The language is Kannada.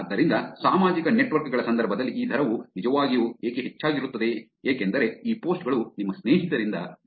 ಆದ್ದರಿಂದ ಸಾಮಾಜಿಕ ನೆಟ್ವರ್ಕ್ ಗಳ ಸಂದರ್ಭದಲ್ಲಿ ಈ ದರವು ನಿಜವಾಗಿಯೂ ಏಕೆ ಹೆಚ್ಚಾಗಿರುತ್ತದೆ ಏಕೆಂದರೆ ಈ ಪೋಸ್ಟ್ ಗಳು ನಿಮ್ಮ ಸ್ನೇಹಿತರಿಂದ ಬರುತ್ತಿವೆ